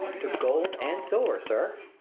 to gold and silver, sir.